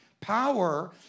power